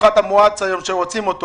יש את הפחת המואץ שהם רוצים אותו.